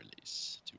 release